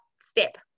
step